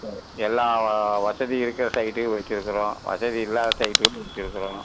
சரி எல்லா வசதியும் இருக்கிற சைட்டையும் வச்சிருக்கிறோம் வசதி இல்லாத சைட்டையும் முடிச்சிருக்கிறோம்